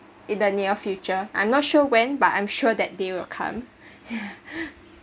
in the near future I'm not sure when but I'm sure that day will come